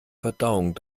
verdauung